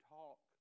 talk